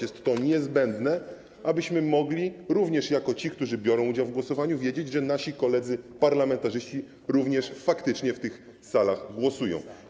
Jest to niezbędne, abyśmy mogli - także jako ci, którzy biorą udział w głosowaniu - wiedzieć, że nasi koledzy parlamentarzyści również faktycznie w tych salach głosują.